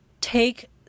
take